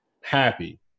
Happy